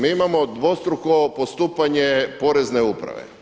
Mi imamo dvostruko postupanje porezne uprave.